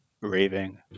raving